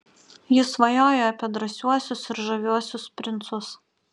ji svajojo apie drąsiuosius ir žaviuosius princus